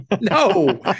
no